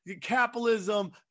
capitalism